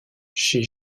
chez